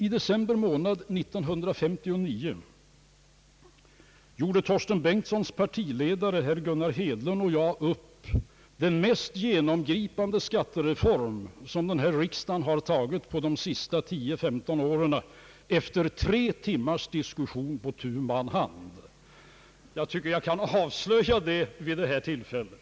I december månad 1959 gjorde herr Torsten Bengtsons partiledare, herr Gunnar Hedlund, och jag upp den mest genomgripande skattereform som denna riksdag har tagit på de senaste 10—15 åren efter tre timmars diskussion på tu man hand. Jag tycker att jag kan avslöja det vid detta tillfälle.